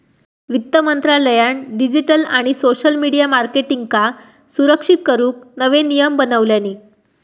वित्त मंत्रालयान डिजीटल आणि सोशल मिडीया मार्केटींगका सुरक्षित करूक नवे नियम बनवल्यानी